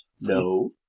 no